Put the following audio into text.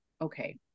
okay